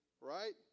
right